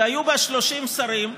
שהיו בה 30 שרים,